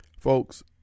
Folks